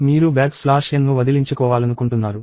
మీరు back slash n ను వదిలించుకోవాలనుకుంటున్నారు